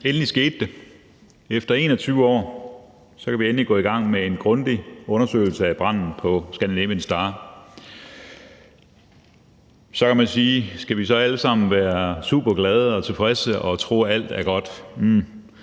Endelig skete det! Efter 21 år kan vi endelig gå i gang med en grundig undersøgelse af branden på »Scandinavian Star«. Så kan man spørge: Skal vi så alle sammen være super glade og tilfredse og tro, at alt er godt?